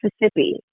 Mississippi